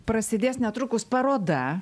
prasidės netrukus paroda